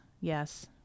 yes